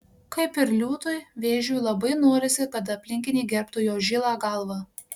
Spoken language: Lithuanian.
kaip ir liūtui vėžiui labai norisi kad aplinkiniai gerbtų jo žilą galvą